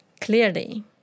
Clearly